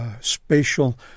spatial